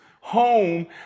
home